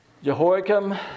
Jehoiakim